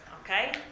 Okay